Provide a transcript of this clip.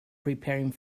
preparing